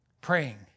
praying